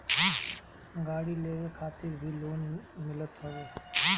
गाड़ी लेवे खातिर भी लोन मिलत हवे